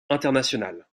international